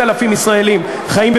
אתה רוצה לתת להם זכות הצבעה?